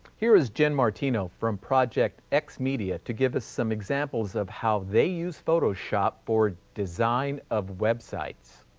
here is jen martino from project x-media to give us some examples of how they use photoshop for design of websites.